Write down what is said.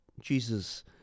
Jesus